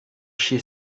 chier